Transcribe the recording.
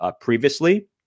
previously